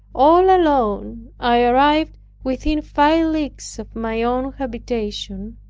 all alone i arrived within five leagues of my own habitation,